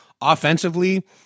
Offensively